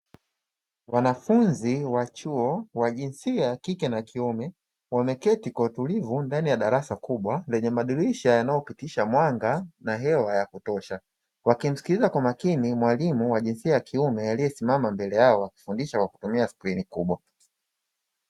Wanafunzi wa chuo wa jinsia ya kike na ya kiume, wameketi kwa utulivu ndani ya darasa kubwa lenye madirisha yanayopitisha mwanga na hewa ya kutosha, wakimsikiliza kwa makini mwalimu wa jinsia ya kiume aliyesimama mbele yao akifundisha kwa kutumia skrini kubwa.